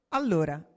allora